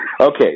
Okay